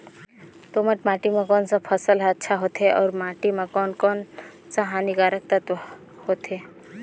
दोमट माटी मां कोन सा फसल ह अच्छा होथे अउर माटी म कोन कोन स हानिकारक तत्व होथे?